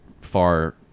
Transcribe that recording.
far